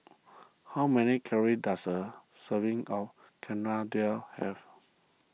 how many calories does a serving of Chana Dal have